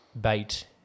bait